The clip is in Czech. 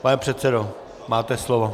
Pane předsedo, máte slovo.